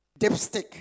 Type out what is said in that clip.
dipstick